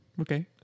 Okay